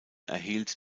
erhielt